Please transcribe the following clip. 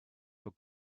for